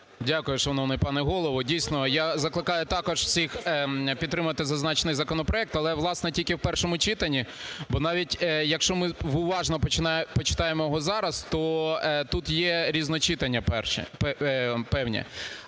Дякую, шановний пане Голово. Дійсно я закликаю також всіх підтримати зазначений законопроект. Але, власне, тільки в першому читанні, бо навіть, якщо ми уважно почитаємо його зараз, то тут є різночитання певні.